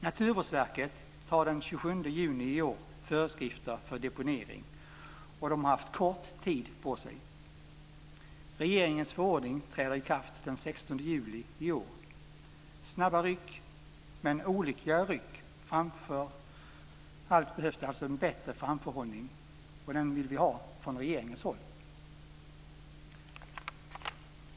Naturvårdsverket utfärdar den 27 juni i år föreskrifter för deponering, och man har haft kort tid på sig. Regeringens förordning träder i kraft den 16 juli i år. Det är snabba ryck, men olyckliga ryck. Framför allt behövs det alltså en bättre framförhållning, och den vill vi ha från regeringens håll.